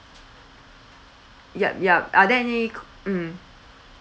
yup yup are there any co~ mm